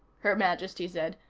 her majesty said,